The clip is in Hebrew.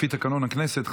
לפי תקנון הכנסת,